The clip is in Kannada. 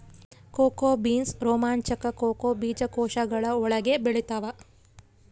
ಕೋಕೋ ಬೀನ್ಸ್ ರೋಮಾಂಚಕ ಕೋಕೋ ಬೀಜಕೋಶಗಳ ಒಳಗೆ ಬೆಳೆತ್ತವ